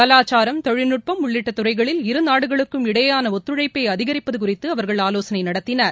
கலாச்சாரம் தொழில்நுட்பம் உள்ளிட்ட துறைகளில் இருநாடுகளுக்கும் இடையேயான ஒத்துழைப்பை அதிகரிப்பது குறித்து அவர்கள் ஆலோசனை நடத்தினர்